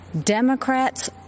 Democrats